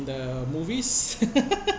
the movies